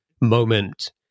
moment